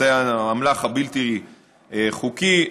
באמל"ח הבלתי-חוקי.